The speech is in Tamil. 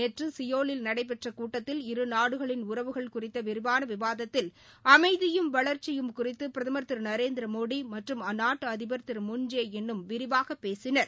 நேற்று சியோலில் நடைபெற்ற கூட்டத்தில் இருநாடுகளின் உறவுகள் குறித்த விரிவான விவாதத்தில் அமைதியும் வளர்ச்சியும் குறித்து பிரதமர் திரு நரேந்திர மோடி மற்றும் அந்நாட்டு அதிபர் திரு மூன் ஜே இன் னும் விரிவாக பேசினர்